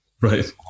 Right